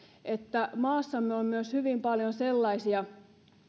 että maassamme on myös hyvin paljon sellaisia